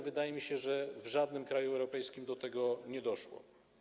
Wydaje mi się, że w żadnym kraju europejskim do tego nie doszło.